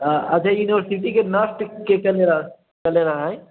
अच्छा यूनिवर्सिटी के नष्ट के केने रहै